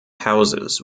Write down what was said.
houses